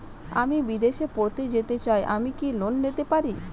আমি বিদেশে পড়তে যেতে চাই আমি কি ঋণ পেতে পারি?